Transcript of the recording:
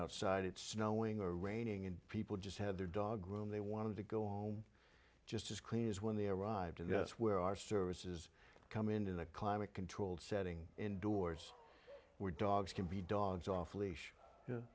outside it's snowing or raining and people just had their dog room they wanted to go home just as clean as when they arrived and that's where our services come in a climate controlled setting indoors where dogs can be dogs off leash